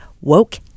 Woke